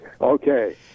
Okay